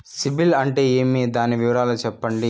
సిబిల్ అంటే ఏమి? దాని వివరాలు సెప్పండి?